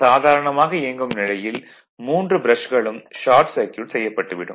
சாதாரணமாக இயங்கும் நிலையில் மூன்று ப்ரஷ்களும் ஷார்ட் சர்க்யூட் செய்யப்பட்டுவிடும்